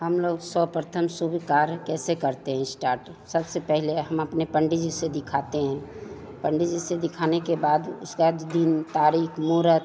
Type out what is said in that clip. हम लोग सर्वप्रथम शुभ कार्य कैसे करते हैं स्टार्ट सबसे पहले हम अपने पंडित जी से दिखाते हैं पंडित जी से दिखाने के बाद उसका दिन तारीख मुहूर्त